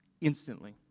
instantly